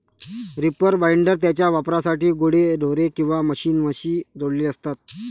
reaper binder त्याच्या वापरासाठी गुरेढोरे किंवा मशीनशी जोडलेले असते